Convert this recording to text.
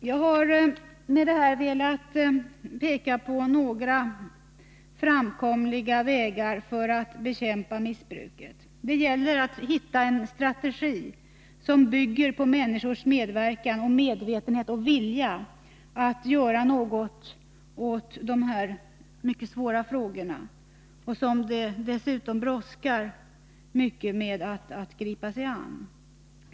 Jag har med detta velat peka på några framkomliga vägar för att bekämpa missbruket. Det gäller att hitta en strategi som bygger på människors medverkan, medvetenhet och vilja att göra något åt dessa mycket svåra frågor, som det dessutom brådskar med att gripa sig an.